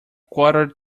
quarter